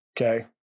Okay